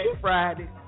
friday